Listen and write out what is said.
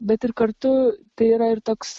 bet ir kartu tai yra ir toks